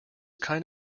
kind